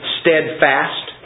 steadfast